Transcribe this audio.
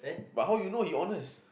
but how you know he honest